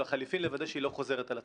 לחלופין לוודא שהיא לא חוזרת על עצמה.